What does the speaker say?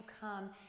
come